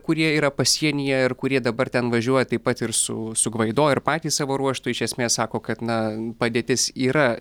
kurie yra pasienyje ir kurie dabar ten važiuoja taip pat ir su su gvaido ir patys savo ruožtu iš esmės sako kad na padėtis yra